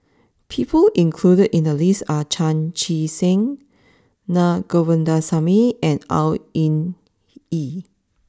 people included in the list are Chan Chee Seng Na Govindasamy and Au Hing Yee